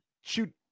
shoot